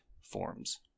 forms